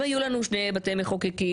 אם היו לנו שני בתי מחוקקים,